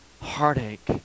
heartache